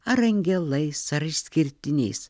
ar angelais ar išskirtiniais